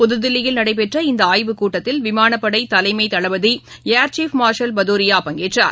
புதுதில்லியில் நடைபெற்ற இந்தஆய்வுக்கூட்டத்தில் விமானப்படைதலைமைதளபதி ஏர் சீப் மார்ஷல் பதுரியா பங்கேற்றார்